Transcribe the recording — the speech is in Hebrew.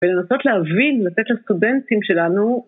ולנסות להבין, לתת לסטודנטים שלנו